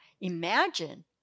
imagine